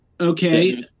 Okay